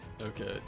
okay